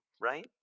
right